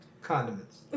condiments